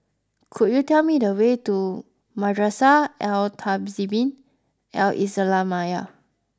could you tell me the way to Madrasah Al Tahzibiah Al Islamiah